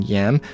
Yam